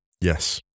yes